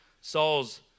Saul's